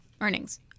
earnings